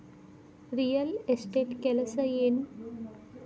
real estate ಕೆಲಸ ಏನು